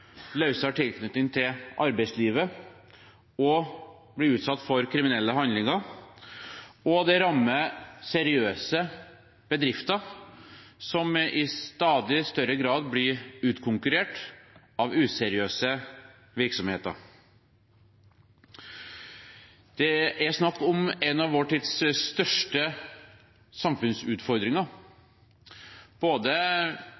løsere tilknytning til arbeidslivet og fare for å bli utsatt for kriminelle handlinger. Og det rammer seriøse bedrifter, som i stadig større grad blir utkonkurrert av useriøse virksomheter. Det er snakk om en av vår tids største